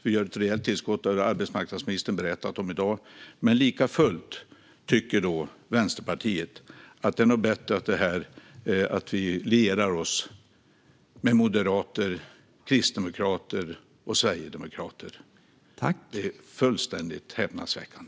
Vi ger ett rejält tillskott, som arbetsmarknadsministern har berättat om i dag, men likafullt tycker Vänsterpartiet att det är bättre att liera sig med moderater, kristdemokrater och sverigedemokrater. Detta är fullständigt häpnadsväckande.